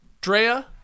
Drea